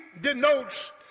denotes